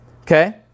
Okay